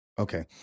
Okay